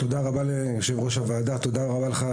תודה רבה ליושב-ראש הוועדה ותודה רבה לך,